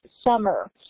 summer